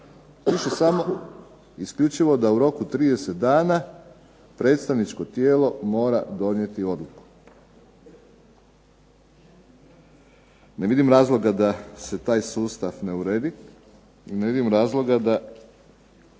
Piše samo isključivo da u roku od 30 dana predstavničko tijelo mora donijeti odluku. Ne vidim razloga da se taj sustav ne uredi, ne vidim razloga da